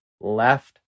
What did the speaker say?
left